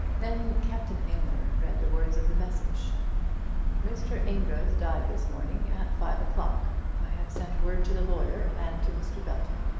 then captain aylmer read the words of the message mr. amedroz died this morning at five o'clock. i have sent word to the lawyer and to mr. belton.